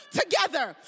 together